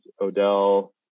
Odell